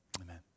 Amen